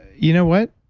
you know what,